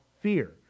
fear